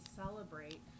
celebrate